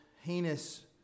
heinous